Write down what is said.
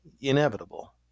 inevitable